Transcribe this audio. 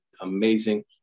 amazing